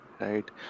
right